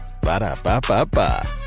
Ba-da-ba-ba-ba